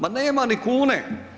Ma nema ni kune.